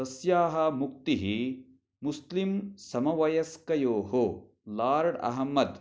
तस्याः मुक्तिः मुस्लिम् समवयस्कयोः लार्ड् अह्मद्